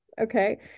okay